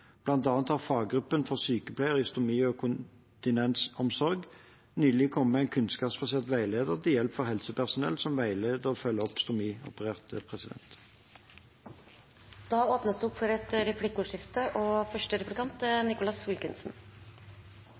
har faggruppen for sykepleiere i stomi- og kontinensomsorg nylig kommet med en kunnskapsbasert veileder til hjelp for helsepersonell som veileder og følger opp stomiopererte.